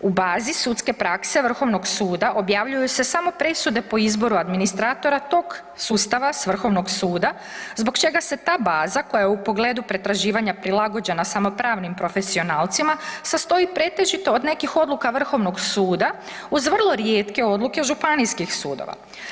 U bazi sudske prakse Vrhovnog suda objavljuju se samo presude po izboru administratora tog sustava s Vrhovnog suda zbog čega se ta baza koja je u pogledu pretraživanja prilagođena samo pravnim profesionalcima sastoji pretežito od nekih odluka Vrhovnog suda uz vrlo rijetke odluke Županijskih sudova.